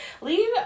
leave